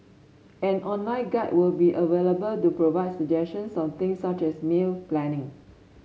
an online guide will be available to provide suggestions on things such as meal planning